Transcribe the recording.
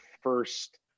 first